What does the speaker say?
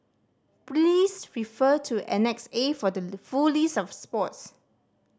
please refer to Annex A for the full list of sports